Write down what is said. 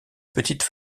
petite